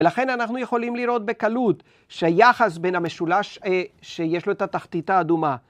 ולכן אנחנו יכולים לראות בקלות שהיחס בין המשולש שיש לו את התחתית האדומה